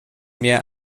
mir